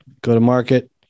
Go-to-market